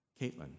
Caitlin